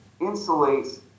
insulates